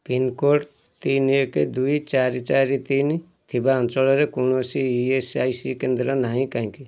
pincode ତିନି ଏକ ଦୁଇ ଚାରି ଚାରି ତିନି ଥିବା ଅଞ୍ଚଳରେ କୌଣସି ଇ ଏସ୍ ଆଇ ସି କେନ୍ଦ୍ର ନାହିଁ କାହିଁକି